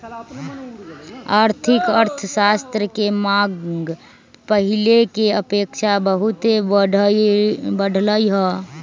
आर्थिक अर्थशास्त्र के मांग पहिले के अपेक्षा बहुते बढ़लइ ह